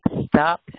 stop